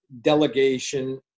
delegation